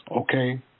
okay